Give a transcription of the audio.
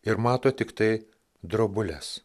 ir mato tiktai drobules